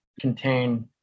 contain